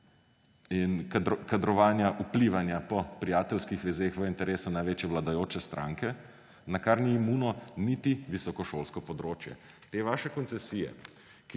in kadrovanja, vplivanja po prijateljskih vezeh v interesu največje vladajoče stranke, na kar ni imuno niti visokošolsko področje. Te vaše koncesije,